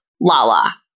Lala